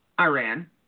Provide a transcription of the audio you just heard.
Iran